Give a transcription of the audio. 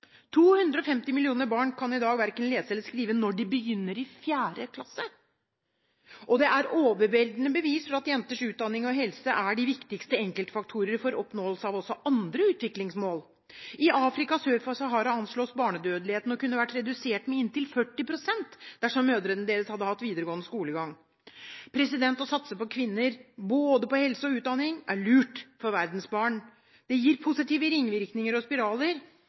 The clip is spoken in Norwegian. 250 millioner barn kan i dag verken lese eller skrive når de begynner i fjerde klasse. Det er overveldende bevis for at jenters utdanning og helse er de viktigste enkeltfaktorene for oppnåelse av også andre utviklingsmål. I Afrika sør for Sahara anslås barnedødeligheten å kunne vært redusert med inntil 40 pst. dersom mødrene deres hadde hatt videregående skolegang. Å satse på kvinner – både på helse og på utdanning er lurt for verdens barn. Det gir positive ringvirkninger.